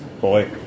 boy